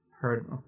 heard